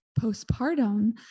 postpartum